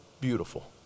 beautiful